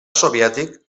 soviètic